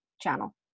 channel